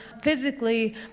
physically